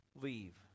leave